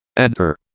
enter.